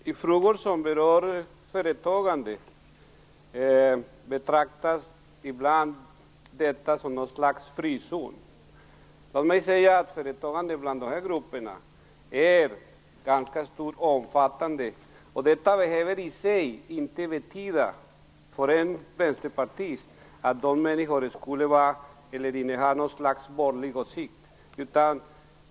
Fru talman! I frågor som berör företagande betraktas ibland detta som något slags frizon. Låt mig säga att företagandet bland de här grupperna är ganska stort och omfattande. Detta behöver i sig inte för en vänsterpartist betyda att de människorna skulle ha något slags borgerlig åsikt.